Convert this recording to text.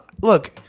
Look